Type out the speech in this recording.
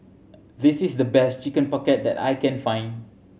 this is the best Chicken Pocket that I can find